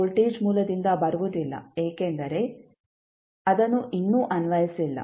voltage ಮೂಲದಿಂದ ಬರುವುದಿಲ್ಲ ಏಕೆಂದರೆ ಅದನ್ನು ಇನ್ನೂ ಅನ್ವಯಿಸಿಲ್ಲ